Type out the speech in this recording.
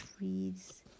reads